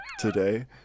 today